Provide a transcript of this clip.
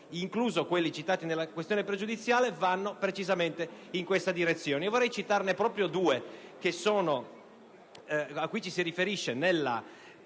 inclusi quelli citati nella questione pregiudiziale, vanno precisamente in questa direzione.